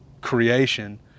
creation